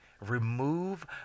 remove